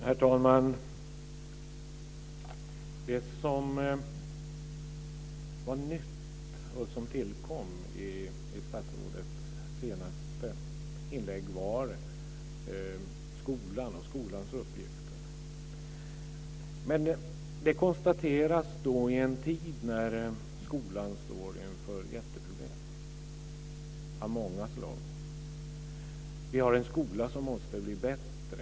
Herr talman! Det som var nytt och som tillkom i statsrådets senaste inlägg var skolan och skolans uppgifter. Men det konstateras i en tid när skolan står inför jätteproblem av många slag. Vi har en skola som måste bli bättre.